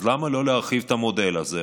אז למה לא להרחיב את המודל הזה?